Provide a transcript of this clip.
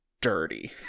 dirty